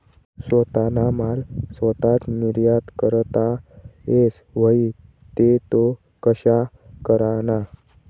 सोताना माल सोताच निर्यात करता येस व्हई ते तो कशा कराना?